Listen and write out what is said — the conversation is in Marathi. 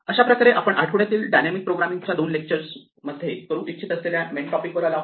अशा प्रकारे आपण या आठवड्यातील डायनॅमिक प्रोग्रामिंगच्या दोन लेक्चर्समध्ये करू इच्छित असलेल्या मेन टॉपिक वर आलो आहेत